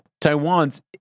Taiwan's